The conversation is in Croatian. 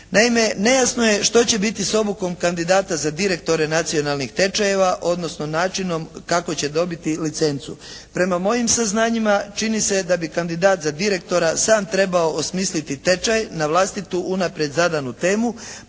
Naime, nejasno je što će biti s obukom kandidata za direktore nacionalnih tečajeva, odnosno načinom kako će dobiti licencu. Prema mojim saznanjima čini se da bi kandidat za direktora sam trebao osmisliti tečaj na vlastitu unaprijed zadanu temu